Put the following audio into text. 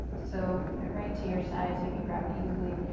so, put it right to your side you can grab it easily,